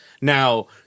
Now